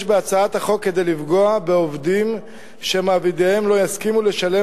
יש בהצעת החוק כדי לפגוע בעובדים שמעבידיהם לא יסכימו לשלם